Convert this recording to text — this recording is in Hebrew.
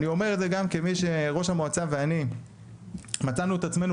אני אומר את זה גם כמי שראש המועצה ואני מצאנו את עצמנו